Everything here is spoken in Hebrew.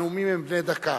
הנאומים הם בני דקה.